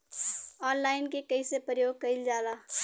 Online के कइसे प्रयोग कइल जाला?